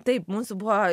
taip mūsų buvo